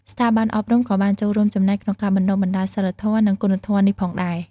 ស្ថាប័នអប់រំក៏បានចូលរួមចំណែកក្នុងការបណ្ដុះបណ្ដាលសីលធម៌ និងគុណធម៌នេះផងដែរ។